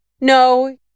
No